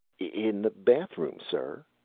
in the bathroom, sir.